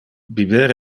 biber